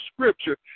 scripture